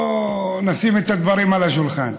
בואו נשים את הדברים על השולחן.